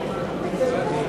הממשלה,